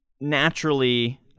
naturally